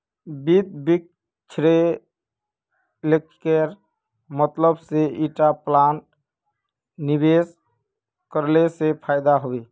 वित्त विश्लेषकेर मतलब से ईटा प्लानत निवेश करले से फायदा हबे